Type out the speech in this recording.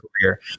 career